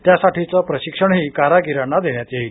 त्यासाठीचं प्रशिक्षणही कारागिरांना देण्यात येईल